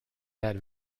that